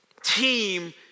team